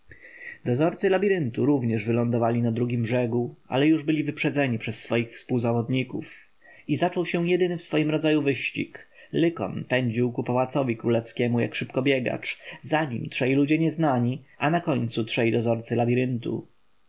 dozorcy labiryntu również wylądowali na drugim brzegu ale już byli wyprzedzeni przez swoich współzawodników i zaczął się jedyny w swoim rodzaju wyścig lykon pędził ku pałacowi królewskiemu jak szybkobiegacz za nim trzej ludzie nieznani a na końcu trzej dozorcy labiryntu